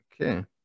Okay